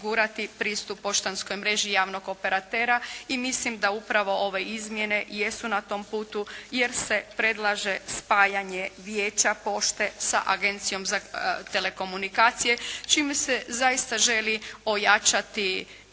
pristup poštanskoj mreži javnog operatera. I mislim da upravo ove izmjene jesu na tom putu jer se predlaže spajanje Vijeća pošte sa Agencijom za telekomunikacije, čime se zaista želi ojačati